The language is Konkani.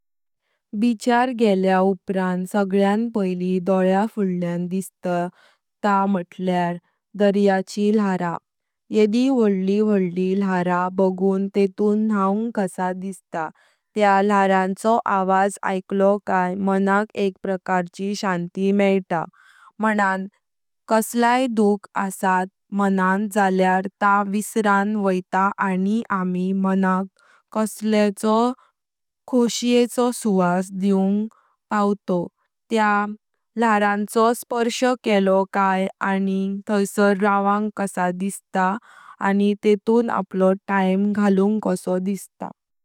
बीचार गेल्या उप्रान सांगल्यान पैली डोल्या फुडल्यां दिसता ता मुतल्यार दर्याची लाहरा, येदी वोडली वोडली लाहरा बागून तेतुन न्हाऊंग कसा दिसता, त्या लाहरांचो आवज ऐकलो कय मनाक एक प्रकार ची शांती मेइतां, मनान कसल्य दुख असत झाल्यार ता विसराम वोइतां आनी आमी मनाक खुशयेको स्ववास दिवंग पावतोव, त्या लाहरांचो स्पर्श केलो कय आनींग थैसर रावांग कसा दिसता आनींग तेतुन आपलो ताइम घालूंग कसा दिसता।